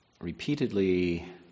repeatedly